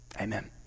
amen